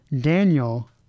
Daniel